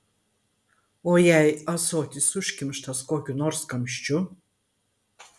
o jei ąsotis užkimštas kokiu nors kamščiu